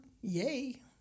yay